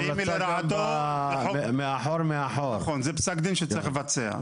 אם היא לרעתו, זה פסק דין שצריך לבצע.